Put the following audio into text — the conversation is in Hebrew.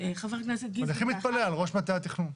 אני הכי מתפלא על ראש מטה התכנון.